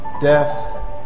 Death